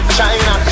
China